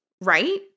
right